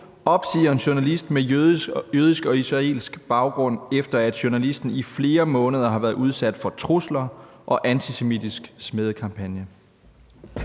opsiger en journalist med jødisk og israelsk baggrund, efter at journalisten i flere måneder har været udsat for trusler og antisemitisk smædekampagne?